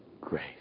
grace